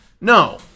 No